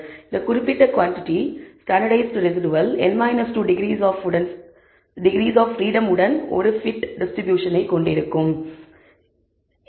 இந்த குறிப்பிட்ட quantity standardised residual n 2 degrees of freedom உடன் ஒரு fit டிஸ்ட்ரிபியூஷனை கொண்டிருக்கும் என்பதையும் இப்போது நீங்கள் காட்டலாம்